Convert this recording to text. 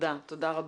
תודה רבה.